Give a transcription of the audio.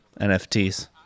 NFTs